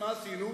מה עשינו?